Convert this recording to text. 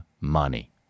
money